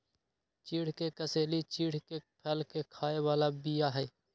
चिढ़ के कसेली चिढ़के फल के खाय बला बीया हई